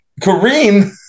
Kareem